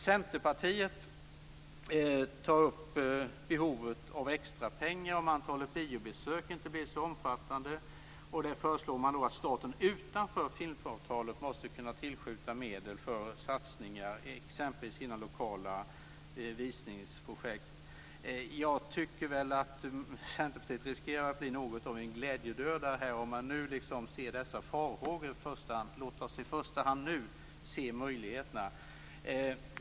Centerpartiet tar upp behovet av extra pengar om antalet biobesök inte blir så stort. Man föreslår att staten utanför filmavtalet måste kunna tillskjuta medel för satsningar exempelvis genom lokala visningsprojekt. Centerpartiet riskerar att bli något av en glädjedödare om man redan nu ser dessa farhågor. Låt oss i första hand se möjligheterna!